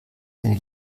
wenn